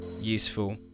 useful